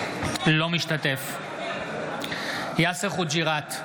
אינו משתתף בהצבעה יאסר חוג'יראת,